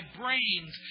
brains